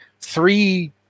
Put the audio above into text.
three